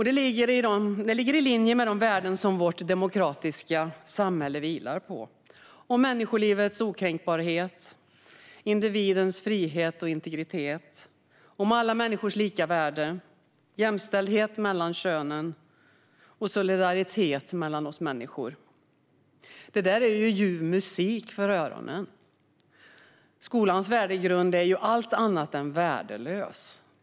Den ligger i linje med de värden som vårt demokratiska samhälle vilar på, nämligen människolivets okränkbarhet individens frihet och integritet alla människors lika värde jämställdhet mellan könen och solidaritet mellan oss människor. Det är ljuv musik för öronen! Skolans värdegrund är allt annat än värdelös.